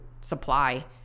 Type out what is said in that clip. supply